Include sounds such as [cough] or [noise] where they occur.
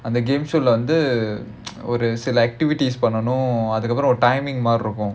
அந்த:antha game வந்து ஒரு சில:vanthu oru sila [noise] activities பண்ணனும் அதுக்கு அப்புறம்:pannanum athukku appuram timing மாறி இருக்கும்:maari irukkum